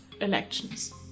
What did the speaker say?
elections